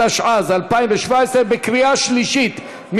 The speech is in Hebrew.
התשע"ז 2017, בקריאה שלישית.